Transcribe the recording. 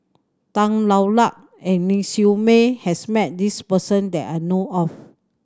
Tan Hwa Luck and Ling Siew May has met this person that I know of